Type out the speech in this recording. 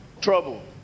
trouble